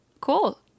Cool